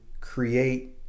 create